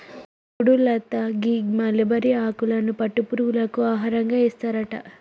సుడు లత గీ మలబరి ఆకులను పట్టు పురుగులకు ఆహారంగా ఏస్తారట